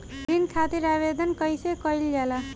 ऋण खातिर आवेदन कैसे कयील जाला?